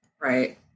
right